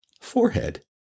Forehead